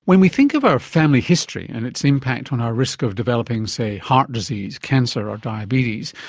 when we think of our family history and its impact on our risk of developing say, heart disease, cancer or diabetes,